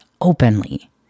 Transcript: openly